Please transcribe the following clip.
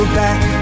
back